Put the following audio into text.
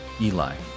Eli